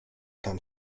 tam